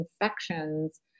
infections